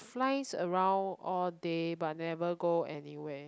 flies around all day but never go anywhere